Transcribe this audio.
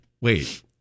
Wait